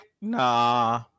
nah